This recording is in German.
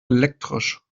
elektrisch